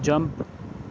jump